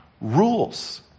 rules